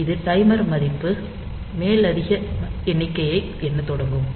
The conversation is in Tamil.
இது டைமர் மதிப்பு மேலதிக எண்ணிக்கையை எண்ணத் தொடங்கும்